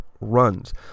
runs